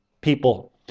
people